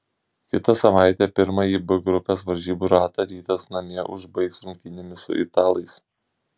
kitą savaitę pirmąjį b grupės varžybų ratą rytas namie užbaigs rungtynėmis su italais